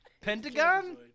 Pentagon